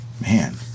Man